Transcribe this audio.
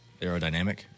aerodynamic